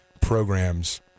programs